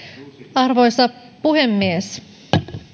arvoisa puhemies